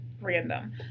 random